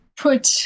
put